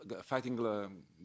fighting